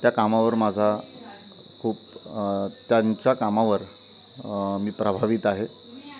त्या कामावर माझा खूप त्यांच्या कामावर मी प्रभावित आहे